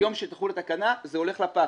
ביום שתחול התקנה זה הולך לפח.